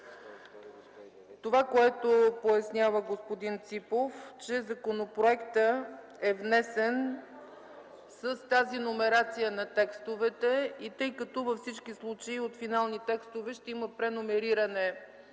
Това, което пояснява господин Ципов, че законопроектът е внесен с тази номерация на текстовете и тъй като във всички случаи от Финални текстове ще има преномериране